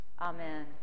Amen